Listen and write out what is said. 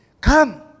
Come